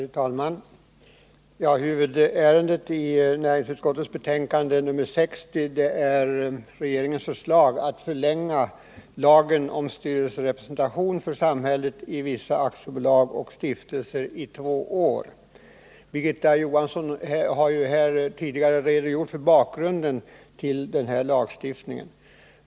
Herr talman! Huvudärendet i näringsutskottets betänkande nr 60 är regeringens förslag att förlänga lagen om styrelserepresentation för samhället i vissa aktiebolag och stiftelser i två år. Birgitta Johansson har ju tidigare redogjort för bakgrunden till den här lagstiftningen.